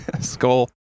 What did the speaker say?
Skull